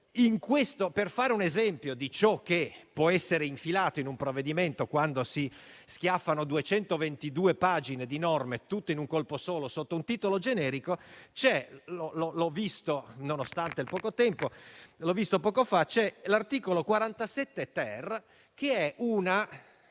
Per fare un esempio di ciò che può essere infilato in un provvedimento, quando si schiaffano 222 pagine di norme, tutte in un colpo solo, sotto un titolo generico, cito l'articolo 47-*ter¸* cheho visto